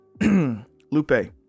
Lupe